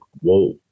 whoa